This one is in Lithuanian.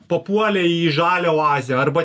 papuolė į žalią oazę arba